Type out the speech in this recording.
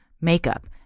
makeup